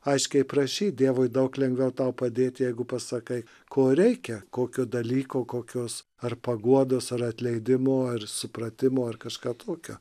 aiškiai parašyt dievui daug lengviau tau padėt jeigu pasakai ko reikia kokio dalyko kokios ar paguodos ar atleidimo ar supratimo ar kažką tokio